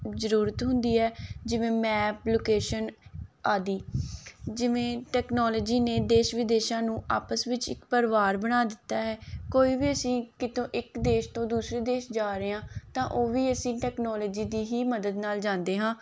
ਜ਼ਰੂਰਤ ਹੁੰਦੀ ਹੈ ਜਿਵੇਂ ਮੈਪ ਲੋਕੇਸ਼ਨ ਆਦਿ ਟੈਕਨੋਲੋਜੀ ਨੇ ਦੇਸ਼ ਵਿਦੇਸ਼ਾਂ ਨੂੰ ਆਪਸ ਵਿੱਚ ਇੱਕ ਪਰਿਵਾਰ ਬਣਾ ਦਿੱਤਾ ਹੈ ਕੋਈ ਵੀ ਅਸੀਂ ਕਿਤੋਂ ਇੱਕ ਦੇਸ਼ ਤੋਂ ਦੂਸਰੇ ਦੇਸ਼ ਜਾ ਰਹੇ ਹਾਂ ਤਾਂ ਉਹ ਵੀ ਅਸੀਂ ਟੈਕਨੋਲੋਜੀ ਦੀ ਹੀ ਮਦਦ ਨਾਲ ਜਾਂਦੇ ਹਾਂ